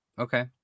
Okay